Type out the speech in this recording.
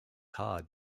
hard